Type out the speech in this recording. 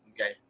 okay